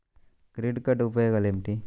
Credit card ఉపయోగాలు ఏమిటి?